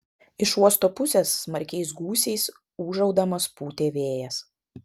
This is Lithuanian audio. iš uosto pusės smarkiais gūsiais ūžaudamas pūtė vėjas